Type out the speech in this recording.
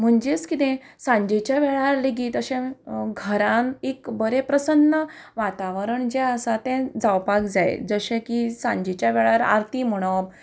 म्हणजेच कितें सांजेच्या वेळार लेगीत अशें घरांत एक बरें प्रसन्न वातावरण जें आसा तें जावपाक जाय जशें की सांजेच्या वेळार आरती म्हणप